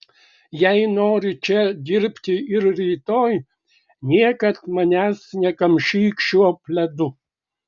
jei nori čia dirbti ir rytoj niekad manęs nekamšyk šiuo pledu